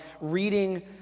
reading